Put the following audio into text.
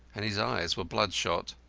and his eyes were bloodshot.